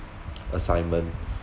assignment